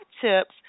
tips